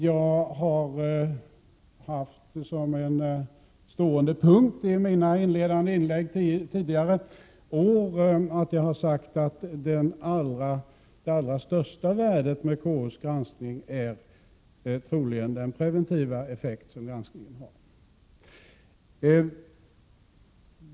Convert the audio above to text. Jag har haft som en stående punkt i mina inledande inlägg tidigare år, att jag har sagt att det allra största värdet med KU:s granskning troligen är den preventiva effekt som granskningen har.